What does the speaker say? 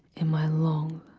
in my long,